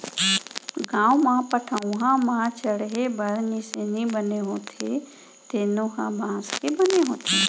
गाँव म पटअउहा म चड़हे बर निसेनी बने होथे तेनो ह बांस के बने होथे